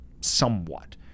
somewhat